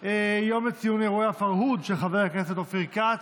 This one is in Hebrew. יום לציון אירועי הפרהוד, של חבר הכנסת אופיר כץ.